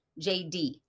jd